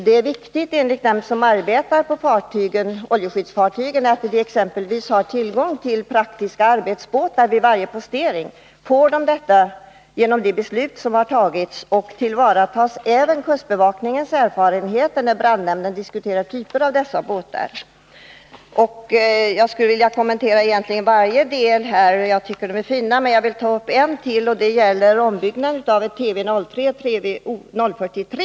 Det är enligt dem som arbetar på oljeskyddsfartygen viktigt att de exempelvis har tillgång till praktiska arbetsbåtar vid varje postering. Får de sådana genom det beslut som har fattats? Tillvaratas även kustbevakningens erfarenheter när statens brandnämnd diskuterar lämpliga typer av båtar? Egentligen skulle jag vilja kommentera varje del av svaret, för de är alla intressanta. Men jag skall stanna vid ytterligare en fråga, och det gäller ombyggnaden av Tv 03 och Tv 043.